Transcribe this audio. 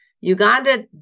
Uganda